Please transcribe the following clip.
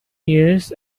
years